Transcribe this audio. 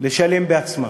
לשלם בעצמה.